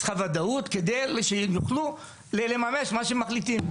צריכה ודאות כדי שיוכלו לממש מה שמחליטים.